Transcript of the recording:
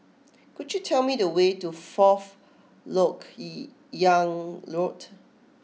could you tell me the way to Fourth Lok Yang Road